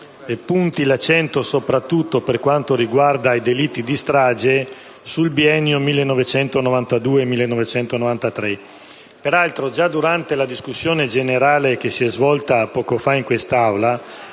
metta l'accento, soprattutto per quanto riguarda i delitti di strage, sul biennio 1992-1993. Peraltro, già durante la discussione generale che si è svolta poco fa in questa Aula,